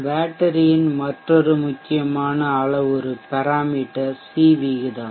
பேட்டரியின் மற்றொரு முக்கியமான அளவுரு சி விகிதம்